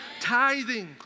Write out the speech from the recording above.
tithing